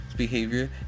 behavior